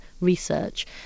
research